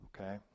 okay